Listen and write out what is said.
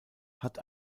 hat